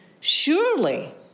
surely